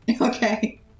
Okay